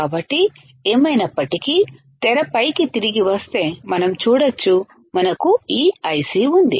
కాబట్టి ఏమైనప్పటికీ తెరపైకి తిరిగి వస్తే మనం చూడచ్చు మనకి ఈ ఐసి ఉంది